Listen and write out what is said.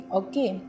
okay